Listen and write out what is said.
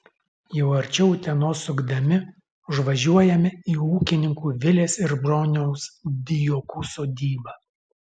jau arčiau utenos sukdami užvažiuojame į ūkininkų vilės ir broniaus dijokų sodybą